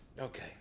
Okay